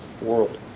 world